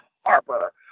Harper